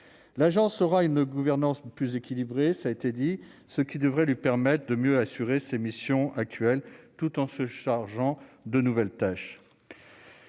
l'agence aura une gouvernance plus équilibrée, ça a été dit, ce qui devrait lui permettent de mieux assurer ses missions actuelles, tout en se chargeant de nouvelles tâches.